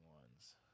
ones